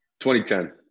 2010